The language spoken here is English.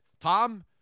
Tom